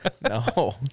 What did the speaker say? no